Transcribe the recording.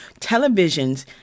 televisions